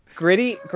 Gritty